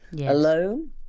alone